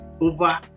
over